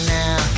now